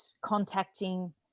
contacting